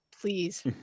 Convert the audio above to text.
please